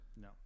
No